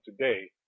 today